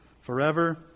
forever